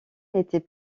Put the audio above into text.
n’était